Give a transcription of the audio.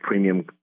premium